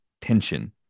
tension